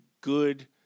good